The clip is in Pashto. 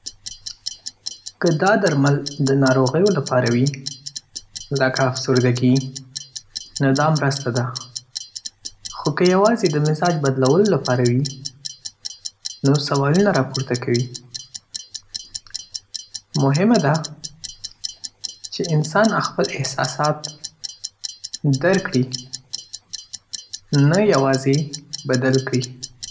که دا درمل د ناروغیو لپاره وي، لکه افسرده‌ګي، نو دا مرسته ده. خو که یوازې د مزاج بدلولو لپاره وي، نو سوالونه راپورته کوي. مهمه ده چې انسان خپل احساسات درک کړي، نه یوازې بدل کړي.